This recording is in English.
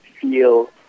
feel